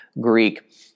Greek